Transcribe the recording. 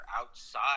outside